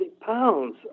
pounds